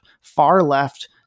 far-left